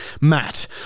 Matt